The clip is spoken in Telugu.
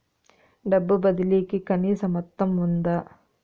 డబ్బు బదిలీ కి కనీస మొత్తం ఉందా?